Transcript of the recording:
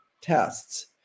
tests